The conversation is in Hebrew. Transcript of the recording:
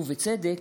ובצדק,